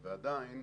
ועדיין,